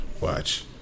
watch